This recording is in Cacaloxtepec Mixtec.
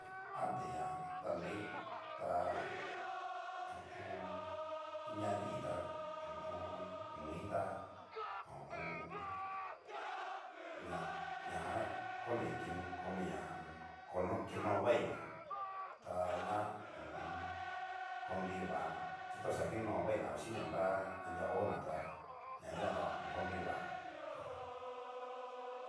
Ante ña tanrai ta ho o on. ñadii ta ho o on. noita ho o on. ña-ña jan koni kino koni ñá kono kino vaina tadanguan ho o on. konri vanri, chi toxa kino vaina ochini nra anria hona tá ñadikan ta okonrui vanri.